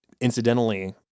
incidentally